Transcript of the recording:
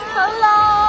Hello